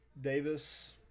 Davis